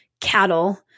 cattle